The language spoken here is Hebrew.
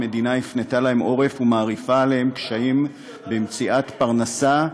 המדינה הפנתה להם עורף ומרעיפה עליהם קשיים במציאת פרנסה,